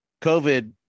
COVID